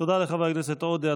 תודה לחבר הכנסת עודה.